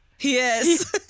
Yes